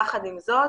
יחד עם זאת